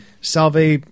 Salve